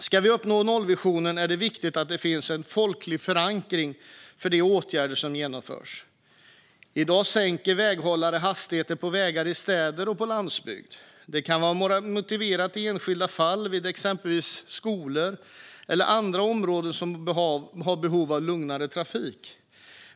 Ska vi uppnå nollvisionen är det viktigt att det finns en folklig förankring för de åtgärder som genomförs. I dag sänker väghållarna hastigheten på vägar i städer och på landsbygd. Detta kan vara motiverat i enskilda fall, exempelvis vid skolor eller i andra områden som har behov av en lugnare trafik.